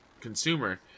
consumer